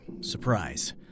Surprise